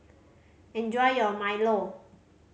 enjoy your milo